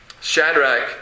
Shadrach